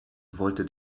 wollte